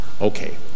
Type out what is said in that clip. Okay